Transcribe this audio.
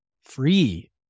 free